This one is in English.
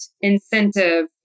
incentive